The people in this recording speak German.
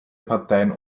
parteien